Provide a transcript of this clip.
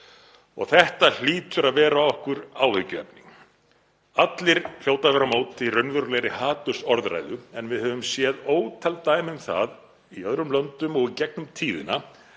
Þetta hlýtur að vera okkur áhyggjuefni. Allir hljóta að vera á móti raunverulegri hatursorðræðu en við höfum séð ótal dæmi um það í öðrum löndum og í gegnum tíðina